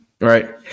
right